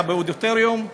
היה באודיטוריום,